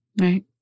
Right